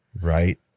Right